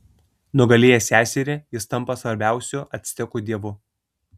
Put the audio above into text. nugalėjęs seserį jis tampa svarbiausiu actekų dievu